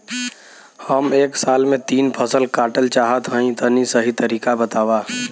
हम एक साल में तीन फसल काटल चाहत हइं तनि सही तरीका बतावा?